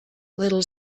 little